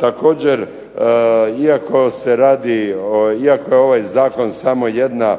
Također iako je ovaj zakon samo jedna